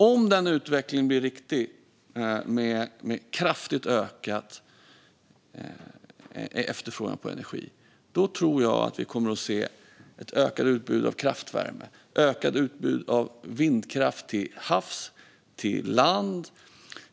Om utvecklingen med kraftigt ökad efterfrågan på energi blir riktig tror jag att vi kommer att se ett ökat utbud av kraftvärme och ett ökat utbud av vindkraft till havs och på land.